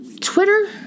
Twitter